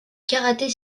karaté